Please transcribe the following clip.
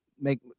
make